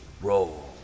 roll